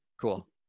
Cool